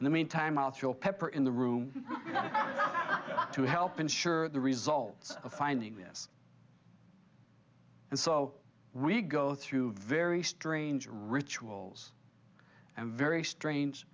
in the meantime i'll throw pepper in the room to help ensure the results of finding this and so we go through very strange rituals and very strange